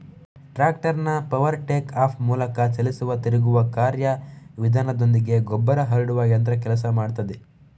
ಟ್ರಾಕ್ಟರ್ನ power take off ಮೂಲಕ ಚಲಿಸುವ ತಿರುಗುವ ಕಾರ್ಯ ವಿಧಾನದೊಂದಿಗೆ ಗೊಬ್ಬರ ಹರಡುವ ಯಂತ್ರ ಕೆಲಸ ಮಾಡ್ತದೆ